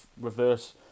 reverse